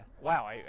Wow